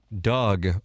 Doug